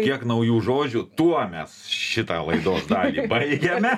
kiek naujų žodžių tuo mes šitą laidos dalį baigiame